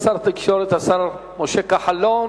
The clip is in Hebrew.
התקשורת, השר משה כחלון.